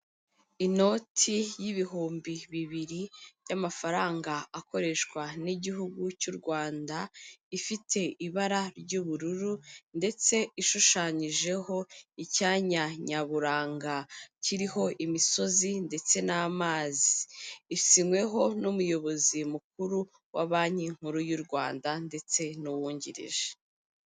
Inoti y'ibihumbi bibiri y'amafaranga akoreshwa n'igihugu cy'u Rwanda, ifite ibara ry'ubururu ndetse ishushanyijeho icyanya nyaburanga kiriho imisozi ndetse n'amazi, isinyweho n'umuyobozi mukuru wa banki nkuru y'u Rwanda ndetse n'uwungirije,